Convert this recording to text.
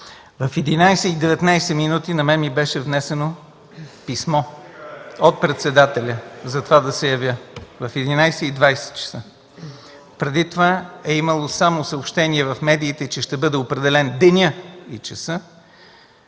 В 11,19 ч. на мен ми беше внесено писмо (оживление) от председателя за това да се явя. В 11,20 ч. Преди това е имало само съобщение в медиите, че ще бъде определен денят и часът